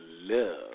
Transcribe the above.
love